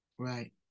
Right